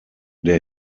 der